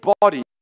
body